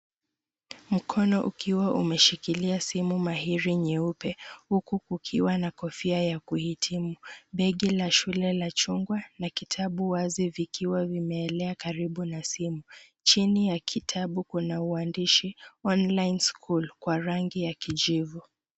Mkono ukiwa umeshikilia simu mahiri nyeupe huku kukiwa na kofia ya kuhitimu. Begi la shule la chungwa na kitabu wazi vikiwa vimeelea karibu na simu. Chini ya kitabu kuna uandishi Online School kwa rangi ya kijivu.